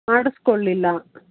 ಮಾಡಿಸ್ಕೊಳ್ಳಿಲ್ಲ